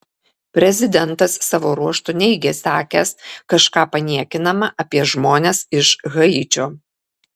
prezidentas savo ruožtu neigė sakęs kažką paniekinama apie žmones iš haičio